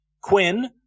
Quinn